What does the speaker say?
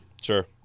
Sure